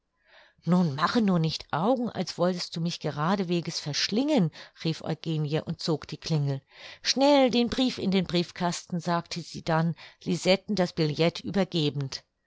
nun mache nur nicht augen als wolltest du mich geradesweges verschlingen rief eugenie und zog die klingel schnell den brief in den briefkasten sagte sie dann lisetten das billet übergebend